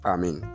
Amen